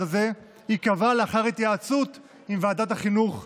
הזה ייקבע לאחר התייעצות עם ועדת החינוך,